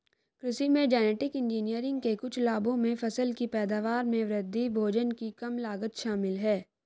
कृषि में genetic engineering के कुछ लाभों में फसल की पैदावार में वृद्धि, भोजन की कम लागत शामिल हैं